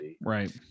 Right